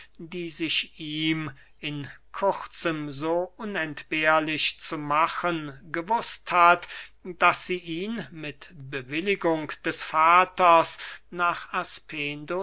die sich ihm in kurzem so unentbehrlich zu machen gewußt hat daß sie ihn mit bewilligung des vaters nach